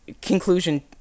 conclusion